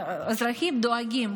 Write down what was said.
ואזרחים דואגים,